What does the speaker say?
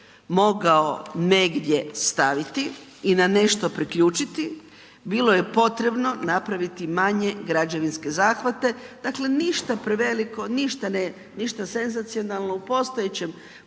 mogao negdje staviti i na nešto priključiti, bilo je potrebno napraviti manje građevinske zahvate, dakle ništa preveliko, ništa senzacionalno u postojećem